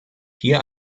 hier